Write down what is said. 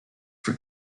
for